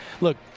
Look